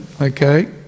okay